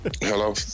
hello